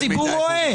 הציבור רואה.